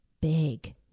big